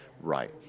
Right